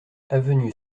avenue